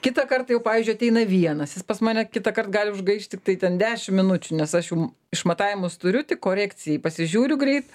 kitąkart jau pavyzdžiui ateina vienas jis pas mane kitąkart gali užgaišt tiktai ten dešimt minučių nes aš jau išmatavimus turiu tik korekcijai pasižiūriu greit